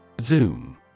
Zoom